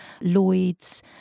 Lloyds